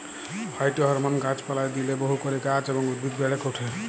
phytohormone গাছ পালায় দিইলে বহু করে গাছ এবং উদ্ভিদ বেড়েক ওঠে